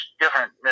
different